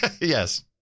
Yes